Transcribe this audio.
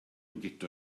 guto